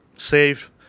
save